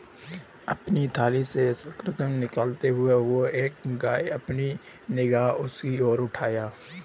अपनी थाली से और शकरकंद निकालते हुए, वह रुक गया, अपनी निगाह उसकी ओर उठाई